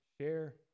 share